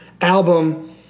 album